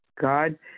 God